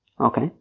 Okay